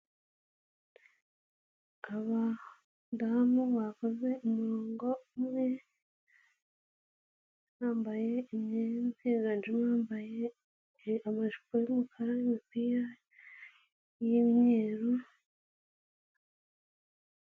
Abadamu bakoze umurongo umwe, bambaye imyendaza isa hejuru, bambaye amajipo y'umukara n'imupira yimweru.